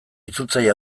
itzultzaile